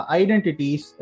identities